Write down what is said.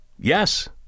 yes